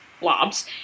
blobs